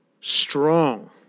strong